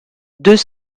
deux